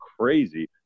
crazy